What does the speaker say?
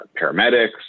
paramedics